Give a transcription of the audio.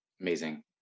Amazing